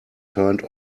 turned